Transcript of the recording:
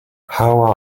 how